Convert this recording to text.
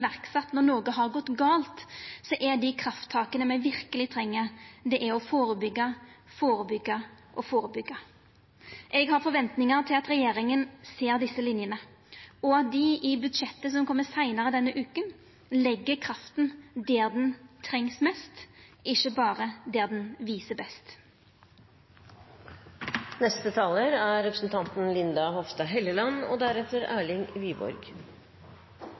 verk når noko har gått gale, er dei krafttaka me verkeleg treng, å førebyggja, førebyggja og førebyggja. Eg har forventningar til at regjeringa ser desse linjene, og at ein i budsjettet, som kjem seinare denne veka, legg krafta der ho trengst mest, ikkje berre der ho viser seg best. Høyre–Fremskrittsparti-regjeringen er